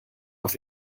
auf